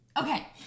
okay